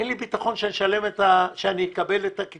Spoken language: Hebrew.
אלא שאין לי ביטחון בזה שאני אקבל את הקצבה.